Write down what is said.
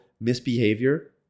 misbehavior